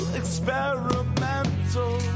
experimental